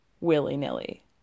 willy-nilly